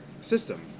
system